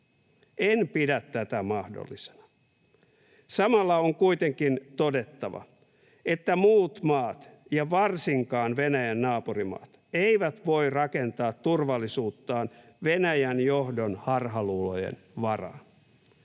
En pidä tätä mahdollisena. Samalla on kuitenkin todettava, että muut maat ja varsinkaan Venäjän naapurimaat eivät voi rakentaa turvallisuuttaan Venäjän johdon harhaluulojen varaan.